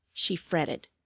she fretted.